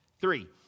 Three